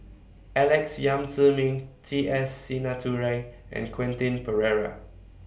Alex Yam Ziming T S Sinnathuray and Quentin Pereira